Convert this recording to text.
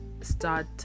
start